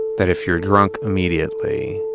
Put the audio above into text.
that if you're drunk immediately,